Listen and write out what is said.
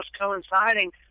coinciding